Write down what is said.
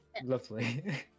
Lovely